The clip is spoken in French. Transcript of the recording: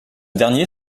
dernier